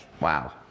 Wow